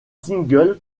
singles